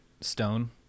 stone